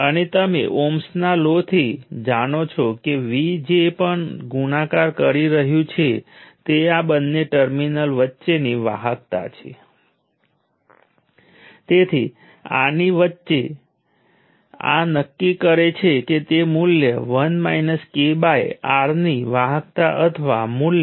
હવે અહીંથી તમે જુઓ છો કે આપણી પાસે V1 VN છે જે V1Nસિવાય બીજું કંઈ નથી જે ટર્મિનલ N ના રેફરન્સમાં ટર્મિનલ 1 ના વોલ્ટેજ છે